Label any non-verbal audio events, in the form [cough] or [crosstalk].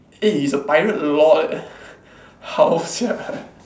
eh he's a pirate lord [breath] how sia